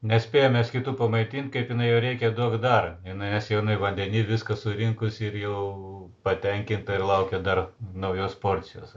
nespėjam mes kitų pamaitint kaip jinai jau rėkia duok dar jinai nes jau jinai vandeny viską surinkus ir jau patenkinta ir laukia dar naujos porcijos